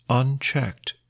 unchecked